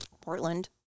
Portland